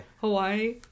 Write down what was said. Hawaii